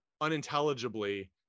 unintelligibly